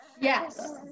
Yes